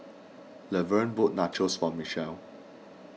Lavern bought Nachos for Michelle